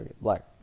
black